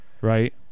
right